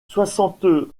soixante